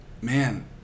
man